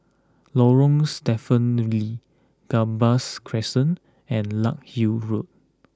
Lorong Stephen Lee Gambas Crescent and Larkhill Road